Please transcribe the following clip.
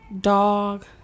dog